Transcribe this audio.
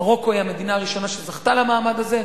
מרוקו היא המדינה הראשונה שזכתה למעמד הזה.